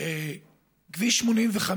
כביש 85,